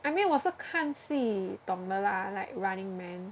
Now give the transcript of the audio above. I mean 我是看戏懂的啦 like Running Man